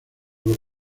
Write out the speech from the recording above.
los